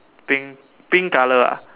pink pink colour ah